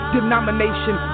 Denomination